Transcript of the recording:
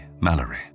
Mallory